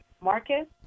Marcus